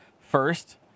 First